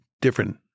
different